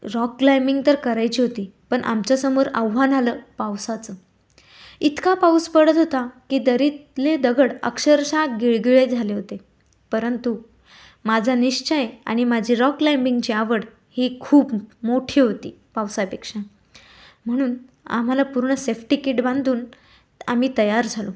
rock climbing तर करायची होती पण आमच्यासमोर आव्हान आलं पावसाचं इतका पाऊस पडत होता की दरीतले दगड अक्षरशः गिळगिळे झाले होते परंतु माझा निश्चय आणि माझी रॉक क्लाइम्बिगची आवड ही खूप मोठी होती पावसापेक्षा म्हणून आम्हाला पूर्ण सेफ्टी कीट बांधून आम्ही तयार झालो